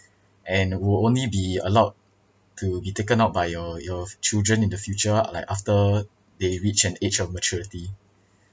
and will only be allowed to be taken out by your your children in the future like after they reach an age of maturity